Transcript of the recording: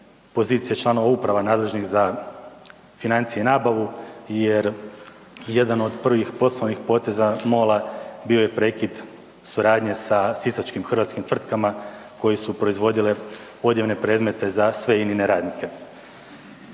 pozicije članova uprava nadležnih za financije i nabavu jer jedan od prvih poslovnih poteza MOL-a bio je prekid suradnje sa sisačkim hrvatskim tvrtkama koje su proizvodile odjevne predmete za sve inine radnike.